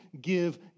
give